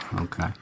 Okay